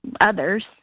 others